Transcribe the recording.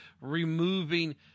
removing